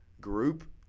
group